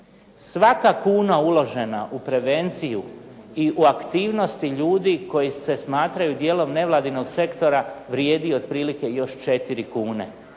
Svaka kuna uložena u prevenciju i u aktivnosti ljudi koji se smatraju dijelom nevladinog sektora vrijedi otprilike još 4 kune.